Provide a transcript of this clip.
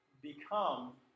become